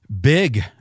Big